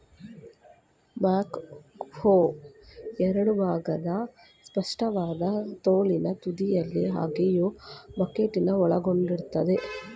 back ಹೋ ಎರಡು ಭಾಗದ ಸ್ಪಷ್ಟವಾದ ತೋಳಿನ ತುದಿಯಲ್ಲಿ ಅಗೆಯೋ ಬಕೆಟ್ನ ಒಳಗೊಂಡಿರ್ತದೆ